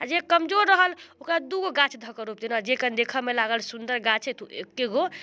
आओर जे कमजोर रहल ओकरा दुइगो गाछ धऽ कऽ रोपि देलहुँ जे कनि देखऽमे लागल सुन्दर गाछ अइ तऽ एकेगो